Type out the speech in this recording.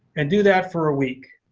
and do that for a week.